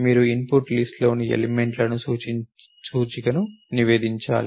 మీరు input list లోని element లోని సూచికను నివేదించాలి